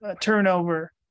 turnover